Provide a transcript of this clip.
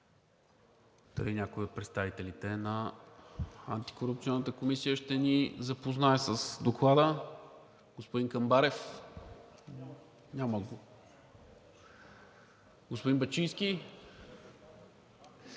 Дали някой от представителите на Антикорупционната комисия ще ни запознае с Доклада? Господин Камбарев? Няма го. Господин Бачийски?